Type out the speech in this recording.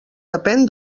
depèn